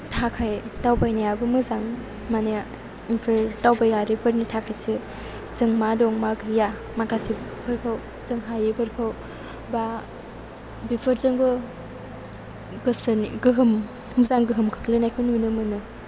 थाखाय दावबायनायाबो मोजां माने बे दावबायारिफोरनि थाखायसो जों मा दं मा गैया माखासेफोरखौ जों हायैफोरखौ एबा बेफोरजोंबो गोसोनि गोहोम मोजां गोहोम खोख्लैनायखौ नुनो मोनो